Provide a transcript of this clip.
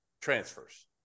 Transfers